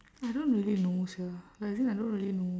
I don't really know sia as in I don't really know